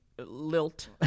lilt